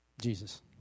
Jesus